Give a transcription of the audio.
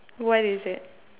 what is it